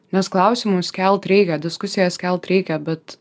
nes klausimus kelt reikia diskusijas kelt reikia bet